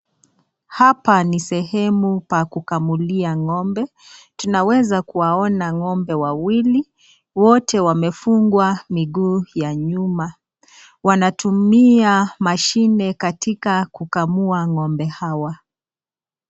Hapa ni sehemu pa kukamulia ng'ombe. Tunaweza kuwaona ng'ombe wawili, wote wamefungwa miguu ya nyuma. Wanatumia mashine katika kukamua ng'ombe hawa.